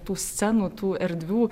tų scenų tų erdvių